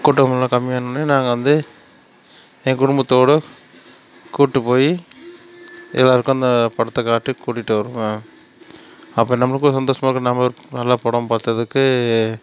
கூட்டங்கள்லாம் கம்மியானோடனே நாங்கள் வந்து எங்கள் குடும்பத்தோடு கூட்டிப் போய் எல்லோருக்கும் அந்த படத்தை காட்டி கூட்டிட்டு வருவேன் அப்போ நம்மளுக்கும் சந்தோஷமாருக்கும் நம்ம நல்ல படம் பார்த்ததுக்கு